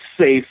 safe